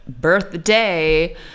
birthday